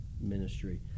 Ministry